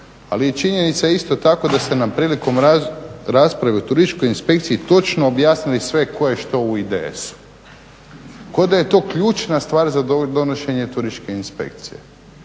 Ali je činjenica isto tako da ste nam prilikom rasprave o turističkoj inspekciji točno objasnili sve što je tko u IDS-u kao da je to ključna stvar za donošenje turističke inspekcije.